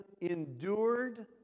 endured